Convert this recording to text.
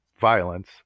violence